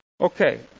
Okay